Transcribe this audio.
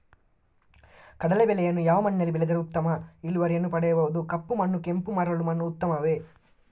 ಕಡಲೇ ಬೆಳೆಯನ್ನು ಯಾವ ಮಣ್ಣಿನಲ್ಲಿ ಬೆಳೆದರೆ ಉತ್ತಮ ಇಳುವರಿಯನ್ನು ಪಡೆಯಬಹುದು? ಕಪ್ಪು ಮಣ್ಣು ಕೆಂಪು ಮರಳು ಮಣ್ಣು ಉತ್ತಮವೇ?